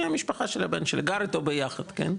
מהמשפחה של הבן שלי, גר אתו ביחד, כן.